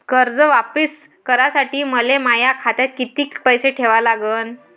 कर्ज वापिस करासाठी मले माया खात्यात कितीक पैसे ठेवा लागन?